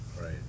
right